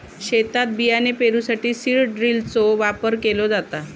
शेतात बियाणे पेरूसाठी सीड ड्रिलचो वापर केलो जाता